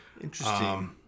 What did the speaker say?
interesting